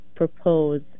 Propose